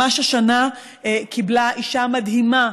ממש השנה אישה מדהימה,